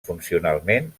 funcionalment